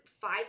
five